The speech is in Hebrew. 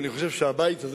נחמדים